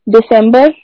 December